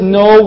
no